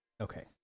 Okay